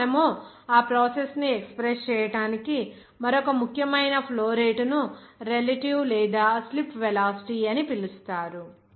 ఇప్పుడు మనము ఆ ప్రాసెస్ ను ఎక్స్ప్రెస్ చేయటానికి మరొక ముఖ్యమైన ఫ్లో రేటు ను రిలేటివ్ లేదా స్లిప్ వెలాసిటీ అని పిలుస్తారు